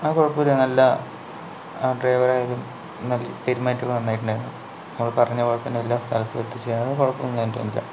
ആ കുഴപ്പമില്ല നല്ല ഡ്രൈവർ ആയാലും മതി പെരുമാറ്റമൊക്കെ നന്നായിട്ടുണ്ടായിരുന്നു നമ്മൾ പറഞ്ഞ പോലെ തന്നെ എല്ലാ സ്ഥലത്തും എത്തിച്ച് അങ്ങനെ കുഴപ്പമൊന്നും ഉണ്ടായില്ല